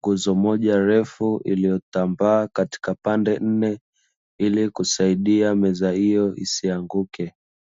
nguzo moja refu iliyotambaa katika pande nne, ili kusaidia meza hiyo isianguke.